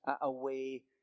away